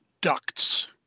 ducts